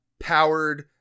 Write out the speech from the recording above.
powered